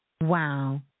Wow